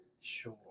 Sure